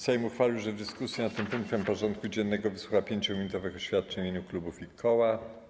Sejm uchwalił, że w dyskusji nad tym punktem porządku dziennego wysłucha 5-minutowych oświadczeń w imieniu klubów i koła.